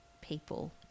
people